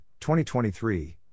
2023